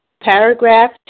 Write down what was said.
paragraph